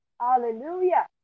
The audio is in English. Hallelujah